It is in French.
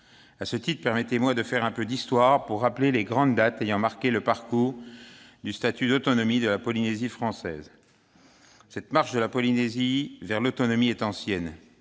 À ce titre, permettez-moi de faire un peu d'histoire, pour rappeler les grandes dates ayant jalonné le parcours menant au statut d'autonomie de la Polynésie française. Cette marche de la Polynésie vers l'autonomie est ancienne.